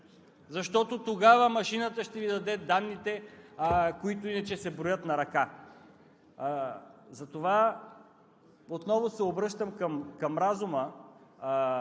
защото тогава машината ще Ви даде данните, които иначе се броят на ръка. Затова отново се обръщам към разума